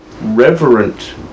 reverent